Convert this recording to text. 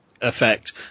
Effect